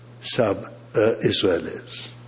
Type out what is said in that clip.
sub-Israelis